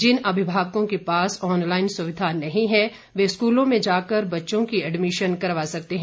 जिन अभिभावकों के पास ऑनलाइन सुविधा नहीं है वे स्कूलों में जा कर बच्चों की एड्मिशन करवा सकते हैं